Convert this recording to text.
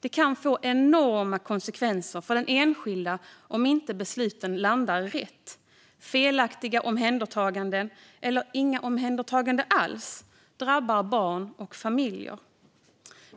Det kan få enorma konsekvenser för den enskilde om besluten inte landar rätt. Felaktiga omhändertaganden eller inga omhändertaganden alls drabbar barn och familjer.